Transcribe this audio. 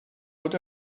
what